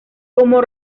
como